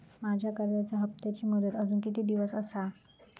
माझ्या कर्जाचा हप्ताची मुदत अजून किती दिवस असा?